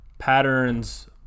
patterns